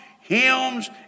hymns